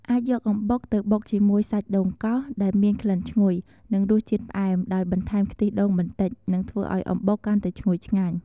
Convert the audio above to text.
អាចយកអំបុកទៅបុកជាមួយសាច់ដូងកោស ដែលមានក្លិនឈ្ងុយ និងរសជាតិផ្អែម ដោយបន្ថែមខ្ទិះដូងបន្តិច នឹងធ្វើឱ្យអំបុកកាន់តែឈ្ងុយឆ្ងាញ់។